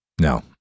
No